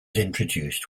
introduced